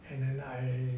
and then I